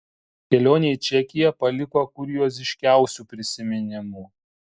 kelionė į čekiją paliko kurioziškiausių prisiminimų